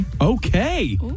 Okay